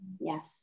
Yes